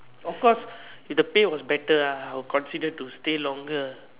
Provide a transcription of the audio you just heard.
of course if the pay was better ah I will consider to stay longer